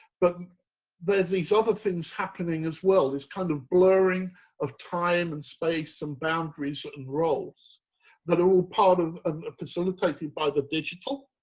but there's these other things happening as well. this kind of blurring of time and space and boundaries and roles that are all part of and facilitated by the digital.